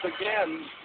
again